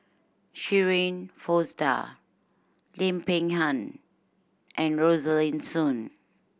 Shirin Fozdar Lim Peng Han and Rosaline Soon